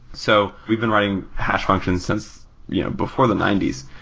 so we've been writing hash functions since yeah before the ninety s,